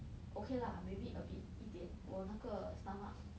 okay lah maybe a bit 一点我那个 stomach